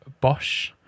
Bosch